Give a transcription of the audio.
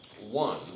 One